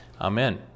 Amen